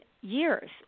years